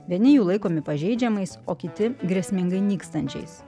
vieni jų laikomi pažeidžiamais o kiti grėsmingai nykstančiais